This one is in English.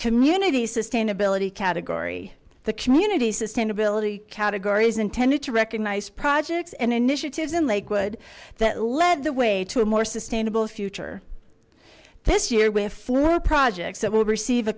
community sustainability category the community sustainability categories intended to recognise projects and initiatives in lakewood that lead the way to a more sustainable future this year with fluor projects that will receive a